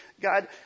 God